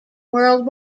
world